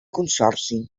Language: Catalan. consorci